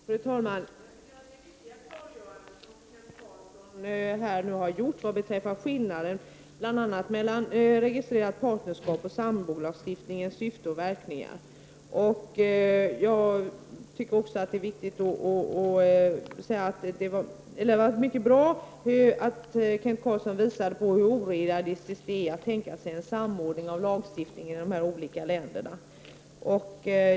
Fru talman! Jag tycker att Kent Carlsson här har gjort viktiga klargöranden bl.a. beträffande skillnaden mellan registrerat partnerskap och sambolagstiftningens syfte och verkningar. Jag tycker också att det var mycket bra att Kent Carlsson visade hur orealistiskt det är att tänka sig en samordning av lagstiftningen i de nordiska länderna.